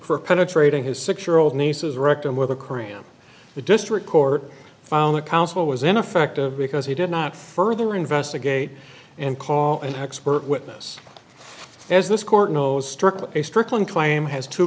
penetrating his six year old niece's rectum with the qur'an the district court found the counsel was ineffective because he did not further investigate and call an expert witness as this court knows strictly a strickland claim has two